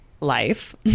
life